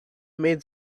made